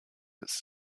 ist